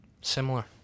similar